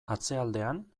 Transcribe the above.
atzealdean